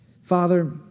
Father